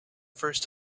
first